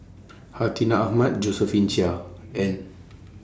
Hartinah Ahmad Josephine Chia and